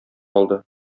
алды